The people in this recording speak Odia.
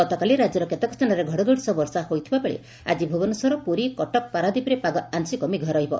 ଗତକାଲି ରାକ୍ୟର କେତେକ ସ୍ଥାନରେ ଘଡ଼ଘଡ଼ି ସହ ବର୍ଷା ହୋଇଥିବା ବେଳେ ଆଜି ଭୁବନେଶ୍ୱର ପୁରୀ କଟକ ପାରାଦ୍ୱୀପରେ ପାଗ ଆଂଶିକ ମେଘୁଆ ରହିବ